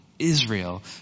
Israel